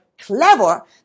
clever